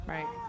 Right